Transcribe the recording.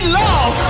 love